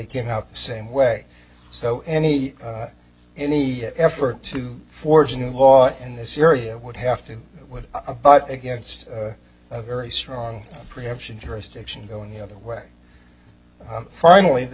came out the same way so any any effort to forge a new law in this area would have to would but against a very strong preemption jurisdiction going the other way finally the